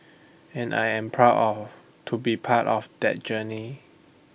and I am very proud to be part of that journey